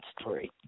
story